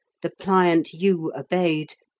the pliant yew obeyed,